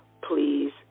Please